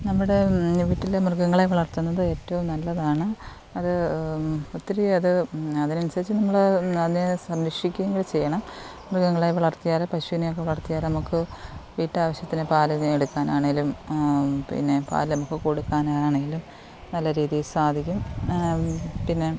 നമ്മുടെ വീട്ടിൽ മൃഗങ്ങളെ വളർത്തുന്നത് ഏറ്റവും നല്ലതാണ് അത് ഒത്തിരി അത് അതിനനുസരിച്ചും നമ്മൾ അതിനെ സംരക്ഷിക്കുകയും കൂടെ ചെയ്യണം മൃഗങ്ങളെ വളർത്തിയാൽ പശുവിനെയൊക്കെ വളർത്തിയാൽ നമുക്ക് വീട്ടാവശ്യത്തിന് പാൽ എടുക്കാനാണെങ്കിലും പിന്നെ പാൽ നമുക്ക് കൊടുക്കാനാണെങ്കിലും നല്ല രീതിയിൽ സാധിക്കും പിന്നെ